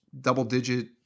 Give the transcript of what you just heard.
double-digit